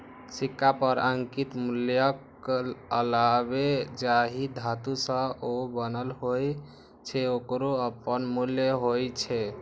सिक्का पर अंकित मूल्यक अलावे जाहि धातु सं ओ बनल होइ छै, ओकरो अपन मूल्य होइ छै